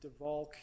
DeValk